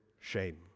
shame